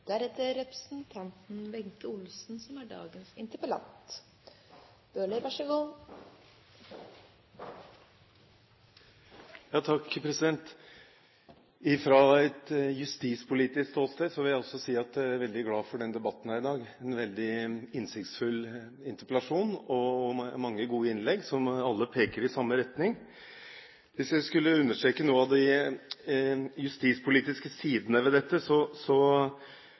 veldig glad for denne debatten her i dag. Det er en veldig innsiktsfull interpellasjon og med mange gode innlegg, som alle peker i samme retning. Hvis jeg skulle understreke noen av de justispolitiske sidene ved dette, som kanskje ikke er trukket så mye fram, så